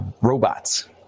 Robots